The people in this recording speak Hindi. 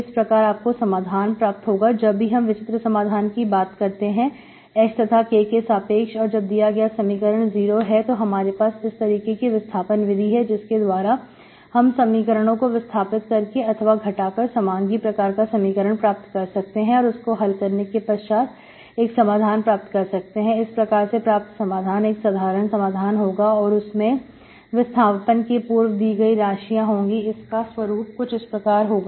इस प्रकार आपको समाधान प्राप्त होगा जब भी हम विचित्र समाधान की बात करते हैं h तथा k के सापेक्ष और जब दिया गया समीकरण 0 है तो हमारे पास इस तरीके की विस्थापन विधि है जिसके द्वारा हम समीकरणों को विस्थापित कर के अथवा घटाकर समांगी प्रकार का समीकरण प्राप्त कर सकते हैं और उसको हल करने के पश्चात एक समाधान प्राप्त कर सकते हैं इस प्रकार से प्राप्त समाधान एक साधारण समाधान होगा और उसमें विस्थापन के पूर्व दी गई राशियां होंगी इसका स्वरूप कुछ इस प्रकार होगा